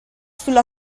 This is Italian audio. sulla